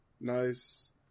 Nice